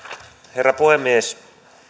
herra puhemies